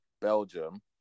Belgium